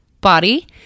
body